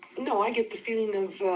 no, i get the feeling of